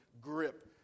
grip